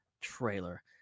trailer